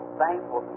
thankful